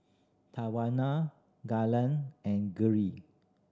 Tawana Galen and Geri